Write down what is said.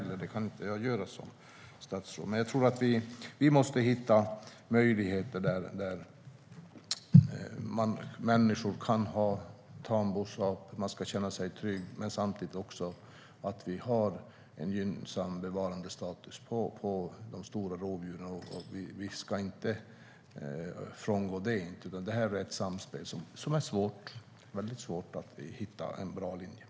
Det kan jag inte göra som statsråd. Vi måste hitta möjligheter för människor att ha tamboskap. Man ska känna sig trygg, men samtidigt ska vi också ha en gynnsam bevarandestatus för våra stora rovdjur. Vi ska inte frångå det. Det här är ett samspel där det är väldigt svårt att hitta en bra linje.